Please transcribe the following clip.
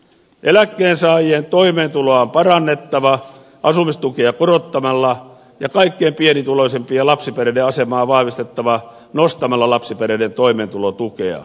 eläkkeensaajien toimeentuloa on parannettava asumistukea korottamalla ja kaikkein pienituloisimpien lapsiperheiden asemaa vahvistettava nostamalla lapsiperheiden toimeentulotukea